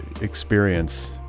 experience